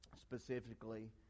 specifically